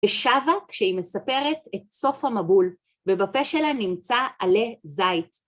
ושבה כשהיא מספרת את סוף המבול, ובפה שלה נמצא עלה זית.